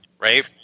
Right